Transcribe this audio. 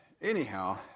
anyhow